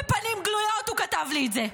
בפנים גלויות הוא כתב לי את זה,